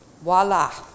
voila